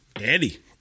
Eddie